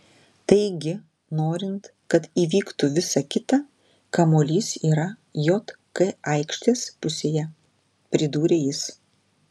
taigi norint kad įvyktų visa kita kamuolys yra jk aikštės pusėje pridūrė jis